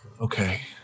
Okay